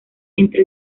entre